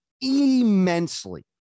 Immensely